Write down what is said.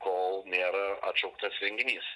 kol nėra atšauktas renginys